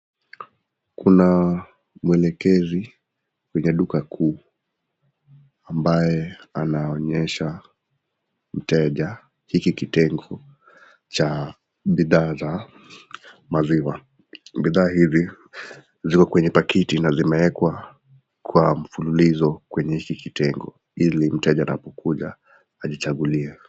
Kuna mwelekezi kwenye duka kuu ambaye anaonesha mteja hiki kitengo cha bidhaa za maziwa, bidhaa hizi ziko kwenye pakiti na zimewekwa kwa mfululizo kwenye hiki kitengo ili mteja anapokuja aji changulie.